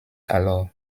alors